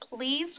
Please